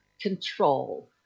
control